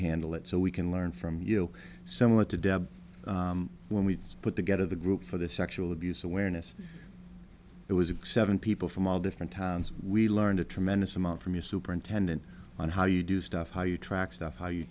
handle it so we can learn from you similar to deb when we put together the group for the sexual abuse awareness it was accept people from all different towns we learned a tremendous amount from your superintendent on how you do stuff how you track stuff how you